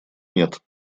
нет